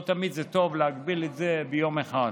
לא תמיד זה טוב להגביל את זה ליום אחד,